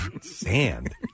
Sand